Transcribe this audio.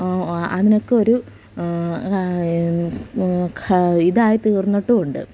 അതിനൊക്കെ ഒരു ഇതായി തീർന്നിട്ടുമുണ്ട്